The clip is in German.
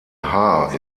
haar